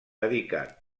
dedicà